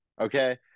okay